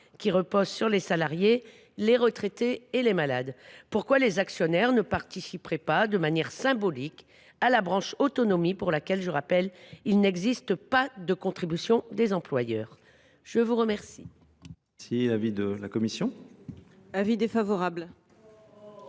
qui repose sur les salariés, les retraités et les malades. Pourquoi les actionnaires ne participeraient ils pas, de manière symbolique, au financement de la branche autonomie pour laquelle, je le rappelle, il n’existe pas de contribution des employeurs ? Quel